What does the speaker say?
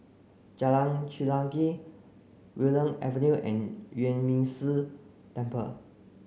Jalan Chelagi Willow Avenue and Yuan Ming Si Temple